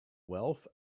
wealth